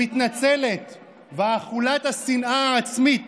המתנצלת ואכולת השנאה העצמית